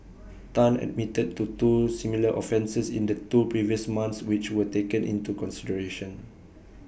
Tan admitted to two similar offences in the two previous months which were taken into consideration